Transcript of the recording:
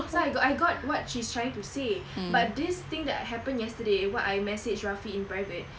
so I got I got what she's trying to say but this thing that happened yesterday what I messaged rafi in private